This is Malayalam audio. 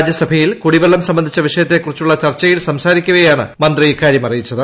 രാജ്യസഭയിൽ കുടിവെള്ളം സംബന്ധിച്ചു വിഷയത്തെക്കുറിച്ചുള്ള ചർച്ചയിൽ സംസാരിക്കവേയാണ് മന്ത്രി ഇക്കാര്യം അറീയ്യിച്ചത്